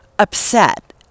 upset